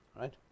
Right